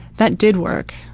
that did work.